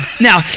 Now